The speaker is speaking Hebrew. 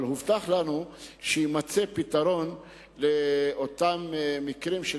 אבל הובטח לנו שיימצא פתרון לאותם מקרים של